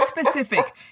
specific